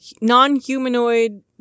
non-humanoid